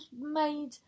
made